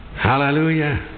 Hallelujah